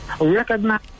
Recognize